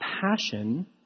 passion